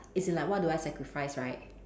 as in like what do I sacrifice right